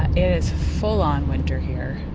is full-on winter here.